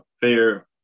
fair